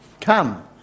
Come